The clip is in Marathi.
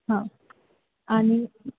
हा आणि